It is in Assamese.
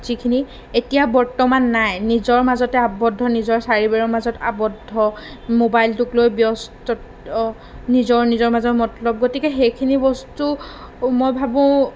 যিখিনি এতিয়া বৰ্তমান নাই নিজৰ মাজতে আবদ্ধ নিজৰ চাৰিবেৰৰ মাজত আবদ্ধ মোবাইলটোক লৈ ব্যস্ত নিজৰ নিজৰ মাজত মতলব গতিকে সেইখিনি বস্তু মই ভাবোঁ